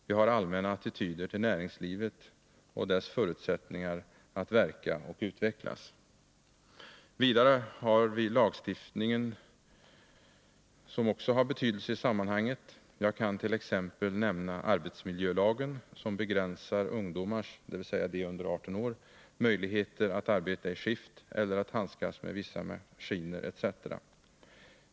Vi har allmänna attityder till näringslivet och dess förutsättningar att verka och utvecklas. Vidare har lagstiftningen också betydelse i sammanhanget. Jag kan t.ex. nämna arbetsmiljölagen, som begränsar ungdomars — dvs. de under 18 år — möjligheter att arbeta i skift eller att handskas med vissa maskiner etc.